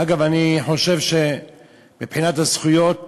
אגב, אני חושב שמבחינת הזכויות